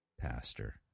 pastor